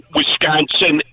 Wisconsin